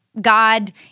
God